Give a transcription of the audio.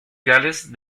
gales